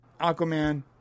Aquaman